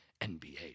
NBA